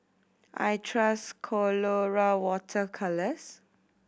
I trust Colora Water Colours